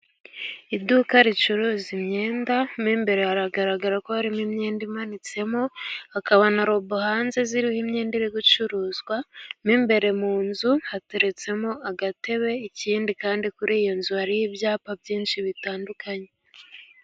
Iduka ricuruza imyenda, mo imbere hagaragara ko harimo imyenda imanitsemo. Hakaba na robo hanze ziriho imyenda iri gucuruzwamo imbere. Mu nzu hateretsemo agatebe. Ikindi kandi kuri iyo nzu hariho ibyapa byinshi bitandukanye.